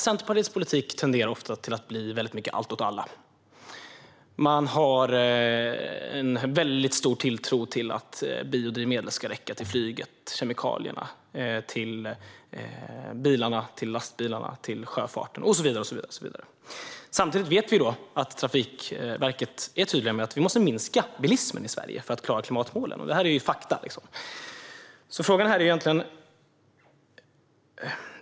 Centerpartiets politik blir ofta mycket "allt åt alla". Man har väldigt stor tilltro till att biodrivmedlen, kemikalierna, ska räcka till flyget, till bilarna, till lastbilarna, till sjöfarten och så vidare. Samtidigt vet vi att Trafikverket är tydligt med att vi måste minska bilismen i Sverige för att klara klimatmålen. Det är fakta.